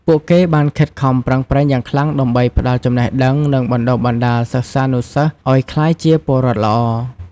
ពួកគេបានខិតខំប្រឹងប្រែងយ៉ាងខ្លាំងដើម្បីផ្តល់ចំណេះដឹង និងបណ្តុះបណ្តាលសិស្សានុសិស្សឱ្យក្លាយជាពលរដ្ឋល្អ។